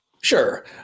Sure